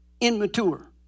immature